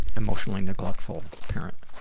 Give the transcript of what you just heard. emotional and neglectful parent?